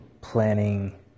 planning